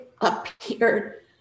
appeared